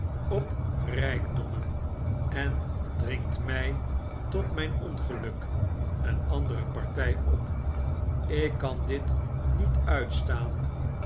op rijkdommen en dringt mij tot mijn ongeluk een andere partij op ik kan dit niet uitstaan